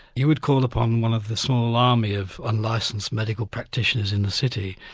you would call upon one of the small army of unlicensed medical practitioners in the city,